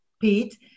Pete